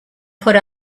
put